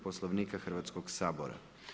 Poslovnika Hrvatskog sabora.